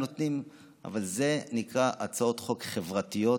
אבל זה נקרא הצעות חוק חברתיות,